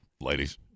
ladies